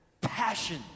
passion